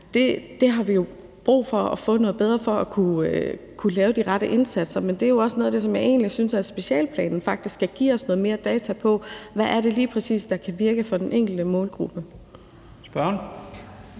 data har vi jo brug for at få noget bedre til at kunne lave de rette indsatser. Men det er jo os noget af det, som jeg synes at specialeplanen faktisk skal give os noget mere data om, altså hvad det lige præcis er, der kan virke for den enkelte målgruppe.